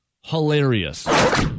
hilarious